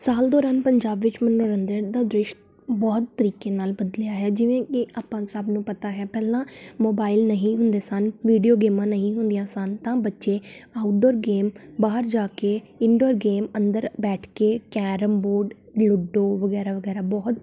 ਸਾਲ ਦੌਰਾਨ ਪੰਜਾਬ ਵਿੱਚ ਮਨੋਰੰਜਨ ਦਾ ਦ੍ਰਿਸ਼ ਬਹੁਤ ਤਰੀਕੇ ਨਾਲ ਬਦਲਿਆ ਹੈ ਜਿਵੇਂ ਕਿ ਆਪਾਂ ਸਭ ਨੂੰ ਪਤਾ ਹੈ ਪਹਿਲਾਂ ਮੋਬਾਈਲ ਨਹੀਂ ਹੁੰਦੇ ਸਨ ਵੀਡੀਓ ਗੇਮਾਂ ਨਹੀਂ ਹੁੰਦੀਆਂ ਸਨ ਤਾਂ ਬੱਚੇ ਆਊਟਡੋਰ ਗੇਮ ਬਾਹਰ ਜਾ ਕੇ ਇਨਡੋਰ ਗੇਮ ਅੰਦਰ ਬੈਠ ਕੇ ਕੈਰਮ ਬੋਰਡ ਲੂਡੋ ਵਗੈਰਾ ਵਗੈਰਾ ਬਹੁਤ